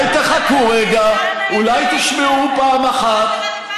השר ידבר, או שאני אתחיל לקרוא לסדר.